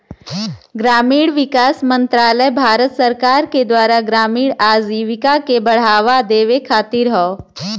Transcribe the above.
ग्रामीण विकास मंत्रालय भारत सरकार के द्वारा ग्रामीण आजीविका के बढ़ावा देवे खातिर हौ